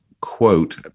quote